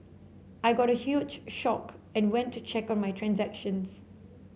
I got a huge shocked and went to check on my transactions